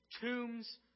tombs